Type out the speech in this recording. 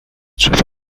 trzeba